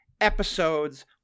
episodes